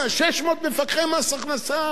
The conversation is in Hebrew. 600 מפקחי מס הכנסה.